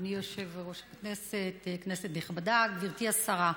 אדוני יושב-ראש הכנסת, כנסת נכבדה, גברתי השרה,